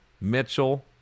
Mitchell